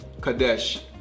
Kadesh